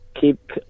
keep